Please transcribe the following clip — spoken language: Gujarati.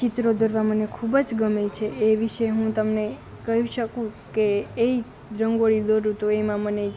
ચિત્રો દોરવા મને ખૂબ જ ગમે છે એ વિશે હું તમને કહી શકું કે એ રંગોળી દોરું તો એમાં મને